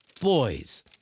boys